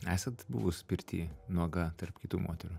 esat buvus pirty nuoga tarp kitų moterų